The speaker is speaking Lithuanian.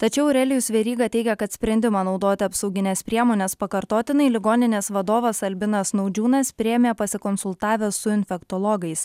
tačiau aurelijus veryga teigia kad sprendimą naudoti apsaugines priemones pakartotinai ligoninės vadovas albinas naudžiūnas priėmė pasikonsultavęs su infektologais